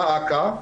דא עקא,